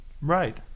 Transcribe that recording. right